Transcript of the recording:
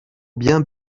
bien